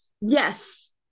Yes